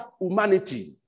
humanity